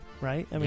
right